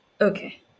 Okay